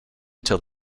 until